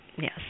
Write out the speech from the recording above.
Yes